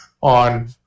on